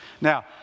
Now